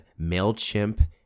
Mailchimp